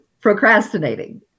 procrastinating